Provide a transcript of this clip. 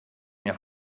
mir